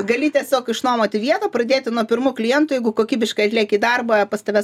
gali tiesiog išnuomoti vietą pradėti nuo pirmų klientų jeigu kokybiškai atlieki darbą pas tave